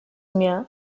mir